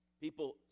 people